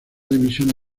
división